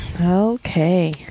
Okay